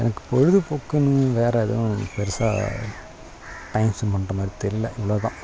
எனக்கு பொழுதுபோக்குனு வேறு எதுவும் பெருசாக டைம் ஸ்பென்ட் பண்ணுற மாதிரி தெரில இவ்வளோ தான்